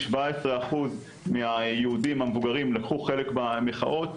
17% מהיהודים המבוגרים לקחו חלק במחאות,